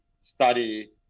study